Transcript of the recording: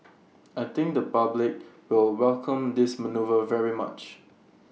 I think the public will welcome this manoeuvre very much